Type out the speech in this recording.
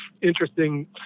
interesting